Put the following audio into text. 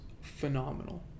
phenomenal